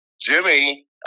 Jimmy